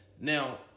Now